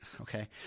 Okay